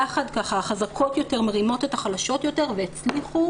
החזקות יותר מרימות את החלשות יותר והן הצליחו